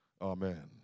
Amen